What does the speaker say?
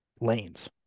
lanes